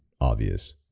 obvious